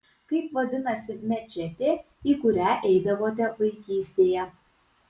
kaip vadinasi mečetė į kurią eidavote vaikystėje